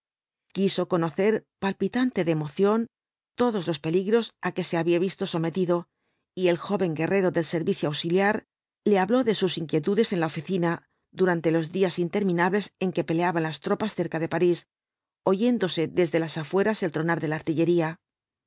quiso conocer palpitante de emoción todos los peligros á que se había visto sometido y el joven guerrero del servicio auxiliar le habló de sus inquietudes en la oficina durante los días interminables en que peleaban las tropas cerca de parís oyéndose desde las afueras el tronar de la artillería